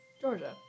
Georgia